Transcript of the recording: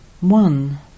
One